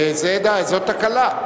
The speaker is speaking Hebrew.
זאת תקלה.